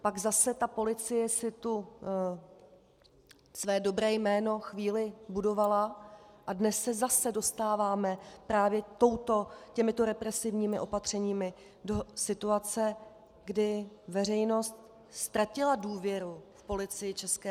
Pak zase policie si své dobré jméno chvíli budovala a dnes se zase dostáváme právě těmito represivními opatřeními do situace, kdy veřejnost ztratila důvěru v Policii ČR.